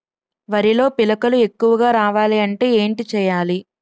వరిలో పిలకలు ఎక్కువుగా రావాలి అంటే ఏంటి చేయాలి?